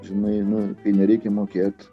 žinai nu nereikia mokėt